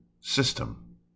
system